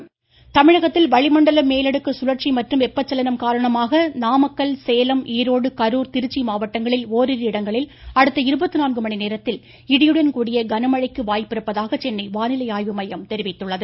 வானிலை தமிழகத்தில் வளிமண்டல மேலடுக்கு சுழற்சி மற்றும் வெப்பசலணம் காரணமாக நாமக்கல் சேலம் ஈரோடு கரூர் திருச்சி மாவட்டங்களில் ஓரிரு இடங்களில் இடியுடன் கூடிய கன மழைக்கு வாய்ப்பிருப்பதாக சென்னை வானிலை ஆய்வு மையம் தெரிவித்துள்ளது